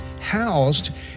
housed